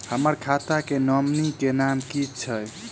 हम्मर खाता मे नॉमनी केँ नाम की छैय